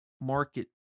market